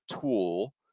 tool